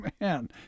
man